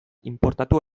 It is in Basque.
inportatu